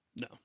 No